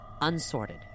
unsorted